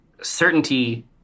certainty